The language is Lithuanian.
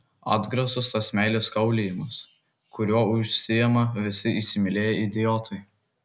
atgrasus tas meilės kaulijimas kuriuo užsiima visi įsimylėję idiotai